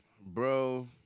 Bro